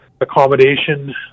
accommodation